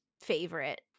favorite